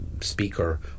speaker